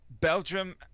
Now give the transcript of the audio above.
Belgium